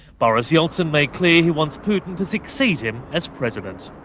boris yeltsin made clear he wants putin to succeed him as president.